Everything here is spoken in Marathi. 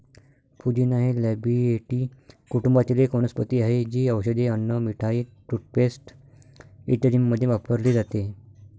पुदिना हे लॅबिएटी कुटुंबातील एक वनस्पती आहे, जी औषधे, अन्न, मिठाई, टूथपेस्ट इत्यादींमध्ये वापरली जाते